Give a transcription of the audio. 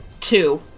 two